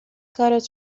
کارت